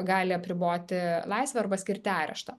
gali apriboti laisvę arba skirti areštą